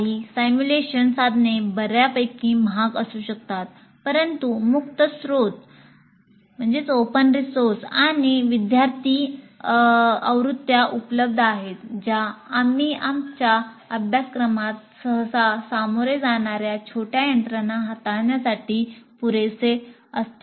काही सिम्युलेशन साधने बर्यापैकी महाग असू शकतात परंतु मुक्त स्त्रोत आणि विद्यार्थी आवृत्त्या उपलब्ध आहेत ज्या आम्ही आमच्या अभ्यासक्रमात सहसा सामोरे जाणाऱ्या छोट्या यंत्रणा हाताळण्यासाठी पुरेसे असते